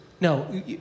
No